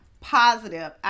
positive